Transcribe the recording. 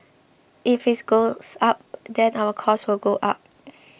if it goes up then our cost will go up